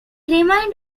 remained